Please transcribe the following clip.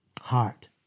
Heart